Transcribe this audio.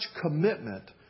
commitment